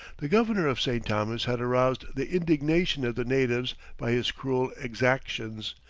the governor of st. thomas had aroused the indignation of the natives by his cruel exactions,